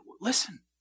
listen